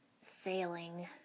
Sailing